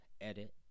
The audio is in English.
edit